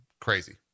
crazy